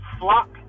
Flock